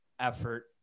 effort